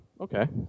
okay